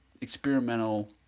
experimental